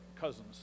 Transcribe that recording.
cousins